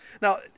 Now